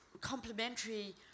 complementary